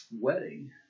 wedding